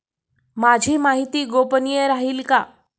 माझी माहिती गोपनीय राहील का?